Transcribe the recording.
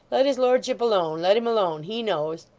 let his lordship alone. let him alone. he knows